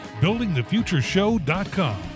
buildingthefutureshow.com